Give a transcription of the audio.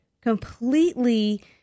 completely